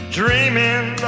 dreaming